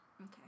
Okay